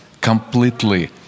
completely